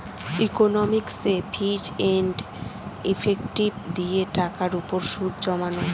ইকনমিকসে ফিচ and effective দিয়ে টাকার উপর সুদ জমানো